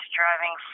driving